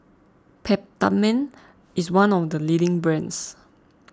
Peptamen is one of the leading brands